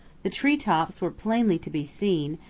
the tree tops were plainly to be seen,